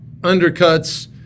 undercuts